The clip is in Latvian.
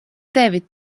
tevi